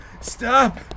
stop